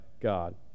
God